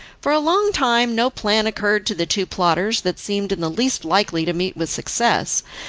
for a long time no plan occurred to the two plotters that seemed in the least likely to meet with success,